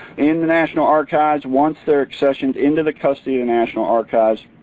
in the national archives, once they're accessioned into the custody of the national archives,